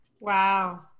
Wow